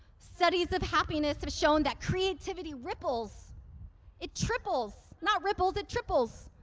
studies of happiness have shown that creativity ripples it triples. not ripples, it triples.